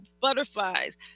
butterflies